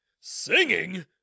Singing